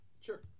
sure